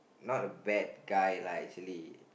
not a bad guy right actually